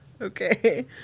okay